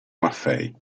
maffei